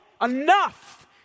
Enough